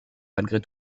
malgré